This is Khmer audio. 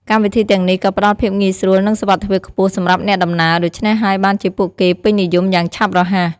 កម្មវិធីទាំងនេះក៏ផ្ដល់ភាពងាយស្រួល និងសុវត្ថិភាពខ្ពស់សម្រាប់អ្នកដំណើរ ដូច្នេះហើយបានជាពួកគេពេញនិយមយ៉ាងឆាប់រហ័ស។